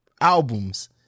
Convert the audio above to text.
albums